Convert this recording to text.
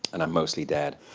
and i'm mostly dead,